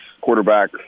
quarterback